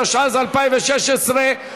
התשע"ז 2016,